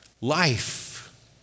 life